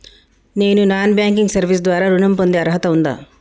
నేను non banking service ద్వారా ఋణం పొందే అర్హత ఉందా?